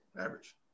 average